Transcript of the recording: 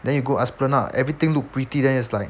then you go esplanade everything look pretty then it's like